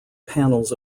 panels